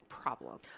problem